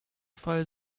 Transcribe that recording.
fall